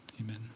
amen